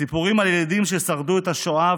סיפורים על ילדים ששרדו את השואה,